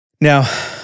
Now